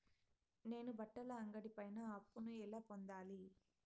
నేను బట్టల అంగడి పైన అప్పును ఎలా పొందాలి?